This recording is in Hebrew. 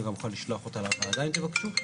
אני גם אוכל לשלוח אותה לוועדה אם תבקשו.